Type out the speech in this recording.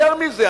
יותר מזה,